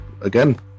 again